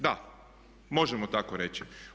Da, možemo tako reći.